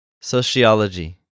Sociology